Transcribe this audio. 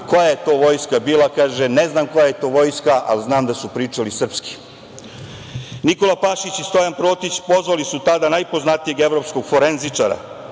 koja je to vojska bila, kazao je: „Ne znam koja je to vojska, ali znam da su pričali srpski“.Nikola Pašić i Stojan Protić pozvali su tada najpoznatijeg evropskog forenzičara,